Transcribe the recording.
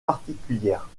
particulière